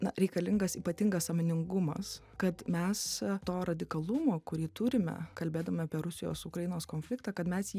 na reikalingas ypatingas sąmoningumas kad mes to radikalumo kurį turime kalbėdami apie rusijos ukrainos konfliktą kad mes jį